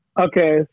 Okay